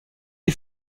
est